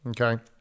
Okay